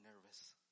nervous